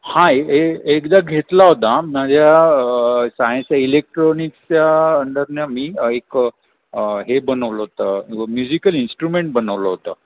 हा ए ए एकदा घेतला होता माझ्या सायनच्या इलेक्ट्रॉनिक्सच्या अंडरना मी एक हे बनवलं होतं म्युझिकल इंस्ट्रुमेंट बनवलं होतं